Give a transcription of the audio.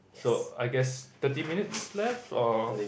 so I guess thirty minutes left or